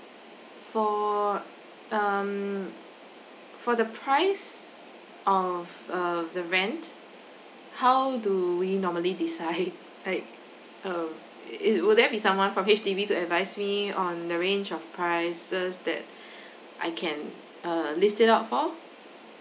for um for the price of err the rent how do we normally decide like uh it will there be someone from H_D_B to advise me on the range of prices that I can err list it out for